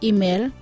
Email